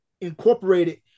incorporated